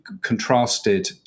contrasted